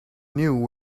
knew